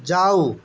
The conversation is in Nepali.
जाऊ